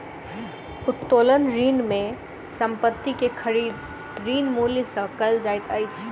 उत्तोलन ऋण में संपत्ति के खरीद, ऋण मूल्य सॅ कयल जाइत अछि